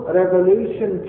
revelation